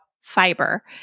fiber